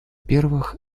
первых